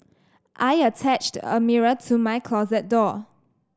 I attached a mirror to my closet door